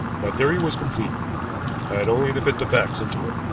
my theory was complete i had only to fit the facts into it.